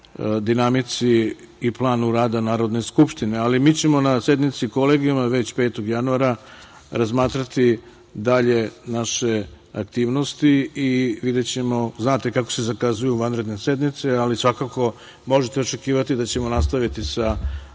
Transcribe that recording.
dinamici i planu rada Narodne skupštine. Mi ćemo na sednici Kolegijuma već 5. januara razmatrati dalje naše aktivnosti i videćemo, znate kako se zakazuju vanredne sednice, ali svakako možete očekivati da ćemo nastaviti sa